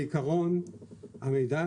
בעיקרון המידע,